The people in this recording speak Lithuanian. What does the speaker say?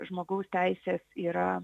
žmogaus teises yra